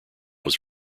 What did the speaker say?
was